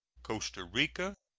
costa rica,